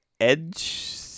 edge